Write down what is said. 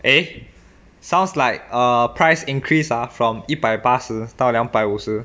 eh sounds like a price increase ah from 一百八十到两百五十